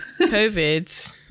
COVID